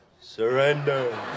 surrender